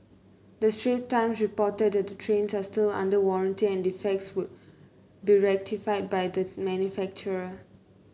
the Straits Times reported that the trains are still under warranty and defects would be rectified by the manufacturer